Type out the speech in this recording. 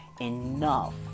enough